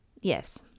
Yes